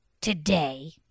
today